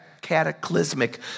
cataclysmic